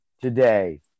today